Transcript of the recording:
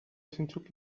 zeintzuk